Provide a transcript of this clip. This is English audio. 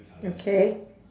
okay